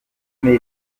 mais